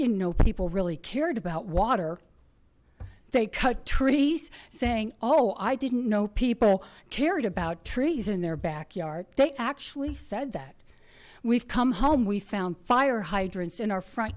didn't know people really cared about water they cut trees saying oh i didn't know people cared about trees in their backyard they actually said that we've come home we found fire hydrants in our front